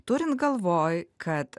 turint galvoj kad